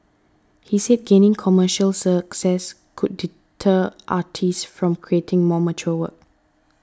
he said gaining commercial success could deter artists from creating more mature work